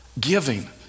giving